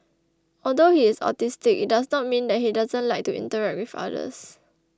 although he is autistic it does not mean that he doesn't like to interact with others